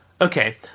Okay